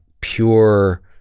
pure